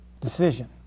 decision